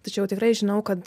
tačiau tikrai žinau kad